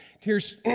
tears